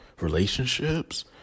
relationships